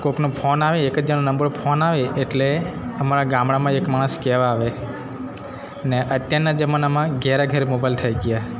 કોઈકનો phone આવે એક જ જણ નંબર ફોન આવે એટલે અમારા ગામડામાં એક માણસ કહેવા આવે ને અત્યારના જમાનામાં ઘેરે ઘેર મોબાઈલ થઈ ગયા